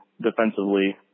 defensively